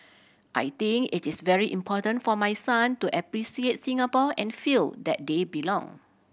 I think it is very important for my son to appreciate Singapore and feel that they belong